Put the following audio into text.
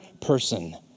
person